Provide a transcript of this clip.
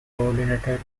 coordinated